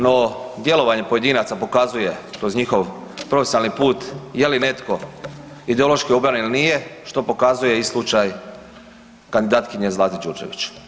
No, djelovanje pojedinaca pokazuje kroz njihov profesionalni put je li netko ideološki obojan ili nije što pokazuje i slučaj kandidatkinje Zlate Đurđević.